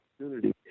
opportunity